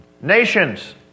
Nations